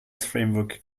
framework